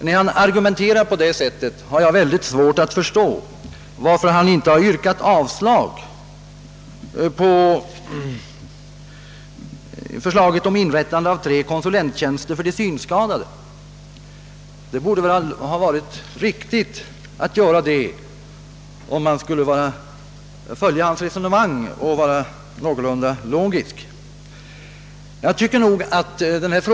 När han argumenterar på detta sätt har jag svårt att förstå varför han inte har yrkat avslag på förslaget om inrättande av tre konsulenttjänster för synskadade. Om man skulle följa hans resonemang och vara någorlunda logisk borde det väl ha varit riktigt att göra det.